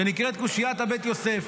ונקראת קושיית הבית-יוסף.